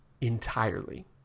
entirely